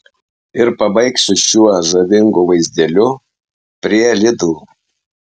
ir pabaigsiu šiuo žavingu vaizdeliu prie lidl